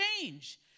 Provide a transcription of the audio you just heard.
change